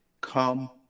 come